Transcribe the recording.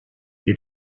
you